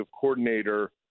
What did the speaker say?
coordinator